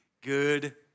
good